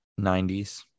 90s